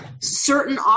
certain